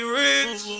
rich